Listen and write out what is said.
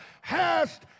hast